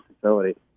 facility